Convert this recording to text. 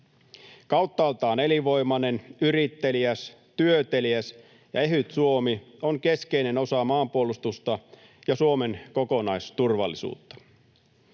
Kauttaaltaan elinvoimainen, yritteliäs, työteliäs ja ehyt Suomi on keskeinen osa maanpuolustusta ja Suomen kokonaisturvallisuutta.